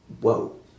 whoa